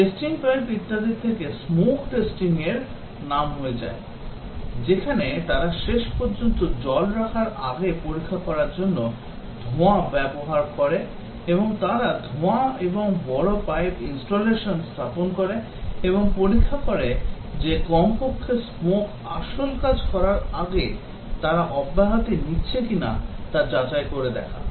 testing pipe ইত্যাদির থেকে smoke testing র নাম হয়ে যায় যেখানে তারা শেষ পর্যন্ত জল রাখার আগে পরীক্ষা করার জন্য ধোঁয়া ব্যবহার করে এবং তারা ধোঁয়া এবং বড় পাইপ installation স্থাপন করে এবং পরীক্ষা করে যে কমপক্ষে smoke আসল কাজ করার আগে তারা অব্যাহতি নিচ্ছে কিনা তা যাচাই করে দেখা